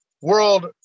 world